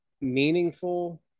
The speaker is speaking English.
meaningful